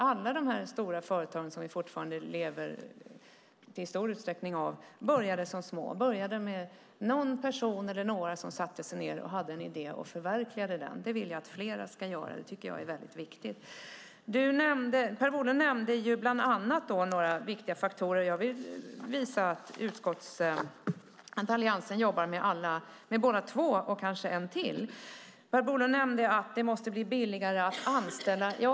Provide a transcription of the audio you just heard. Alla dessa stora företag som vi i stor utsträckning fortfarande lever av började som små och med någon eller några som satte sig ned och hade en idé och förverkligade den. Det vill jag att fler ska göra, och det tycker jag är viktigt. Per Bolund nämnde bland annat några viktiga faktorer. Jag vill visa att Alliansen jobbar med två och kanske en till. Per Bolund nämnde att det måste bli billigare att anställa.